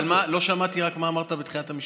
רק לא שמעתי מה אמרת בתחילת המשפט.